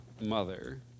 mother